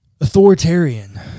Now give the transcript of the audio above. authoritarian